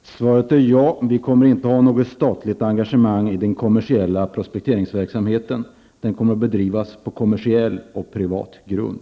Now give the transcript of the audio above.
Herr talman! Svaret är ja. Vi kommer inte att ha något statligt engagemang i prospekteringsverksamheten. Den kommer att bedrivas på kommersiell och privat grund.